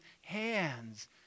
hands